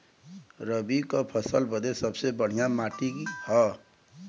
रबी क फसल बदे सबसे बढ़िया माटी का ह?